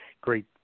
great